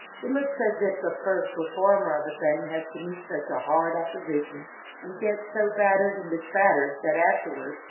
it looks as if the first reformer of a thing has to meet such a hard opposition and gets so battered and bespattered, that afterwards,